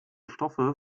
stoffe